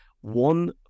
One